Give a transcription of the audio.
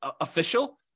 official